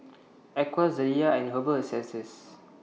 Acwell Zalia and Herbal Essences